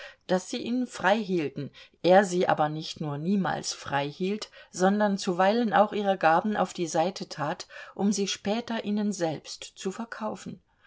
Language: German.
daß sie ihn freihielten er sie aber nicht nur niemals freihielt sondern zuweilen auch ihre gaben auf die seite tat um sie später ihnen selbst zu verkaufen